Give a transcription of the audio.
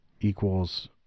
equals